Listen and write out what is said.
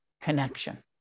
connection